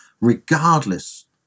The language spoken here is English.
regardless